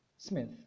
Smith